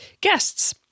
guests